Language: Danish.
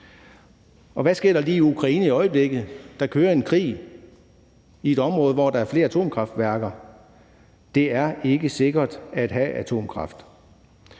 Og hvad sker der lige i Ukraine i øjeblikket? Der kører en krig i et område, hvor der er flere atomkraftværker. Det er ikke sikkert at have atomkraft.